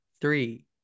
three